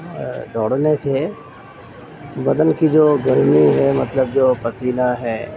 دوڑنے سے بدن کی جو گرمی ہے مطلب جو پسینہ ہے